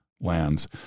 lands